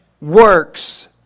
works